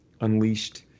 unleashed